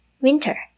Winter